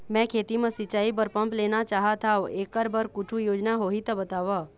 मैं खेती म सिचाई बर पंप लेना चाहत हाव, एकर बर कुछू योजना होही त बताव?